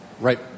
right